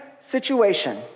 situation